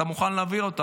אתה מוכן להעביר אותו.